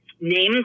Name